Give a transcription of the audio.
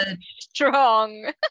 strong